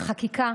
החקיקה